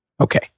Okay